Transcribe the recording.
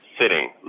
sitting